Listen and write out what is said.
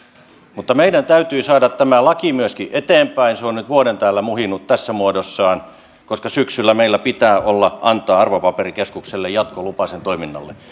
mutta meidän täytyy saada tämä laki eteenpäin nyt kun se on vuoden täällä muhinut tässä muodossaan koska syksyllä meillä pitää olla antaa arvopaperikeskuksen toiminnalle jatkolupa